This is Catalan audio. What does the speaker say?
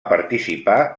participar